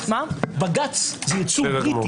בג"ץ זה ייצור בריטי.